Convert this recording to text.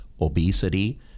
obesity